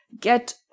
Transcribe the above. get